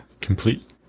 complete